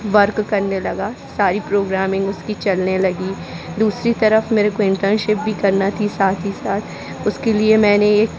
work करने लगा सारी प्रोग्रामिंग उसकी चलने लगी दूसरी तरफ़ मेरे को इंटर्नशिप भी करना थी साथ ही साथ उसके लिए मैंने एक